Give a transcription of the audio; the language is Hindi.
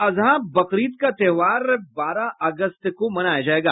ईद उल अजहा बकरीद का त्योहार बारह अगस्त को मनाया जायेगा